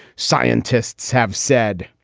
scientists have said.